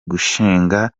gushinga